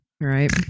Right